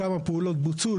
כמה פעולות בוצעו,